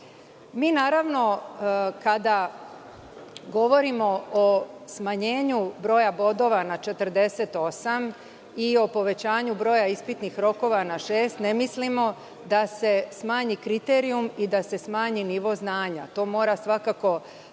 traže. Naravno, kada govorimo o smanjenju broja bodova na 48 i o povećanju broja ispitnih rokova na šest, ne mislimo da se smanji kriterijum i da se smanji nivo znanja. To mora svakako